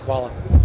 Hvala.